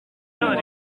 buneaux